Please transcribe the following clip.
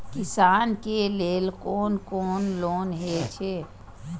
किसान के लेल कोन कोन लोन हे छे?